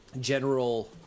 general